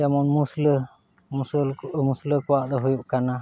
ᱢᱩᱥᱞᱟᱹ ᱢᱩᱥᱟᱹᱞ ᱢᱩᱥᱞᱟᱹ ᱠᱚᱣᱟᱜ ᱫᱚ ᱦᱩᱭᱩᱜ ᱠᱟᱱᱟ